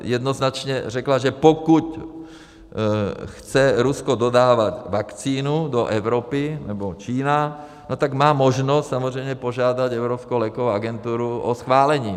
Jednoznačně řekla, že pokud chce Rusko dodávat vakcínu do Evropy, nebo Čína, tak má možnost samozřejmě požádat Evropskou lékovou agenturu o schválení.